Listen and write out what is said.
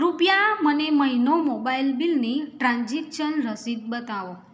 કૃપયા મને મહિનો મોબાઈલ બિલની ટ્રાન્ઝેક્શન રસીદ બતાવો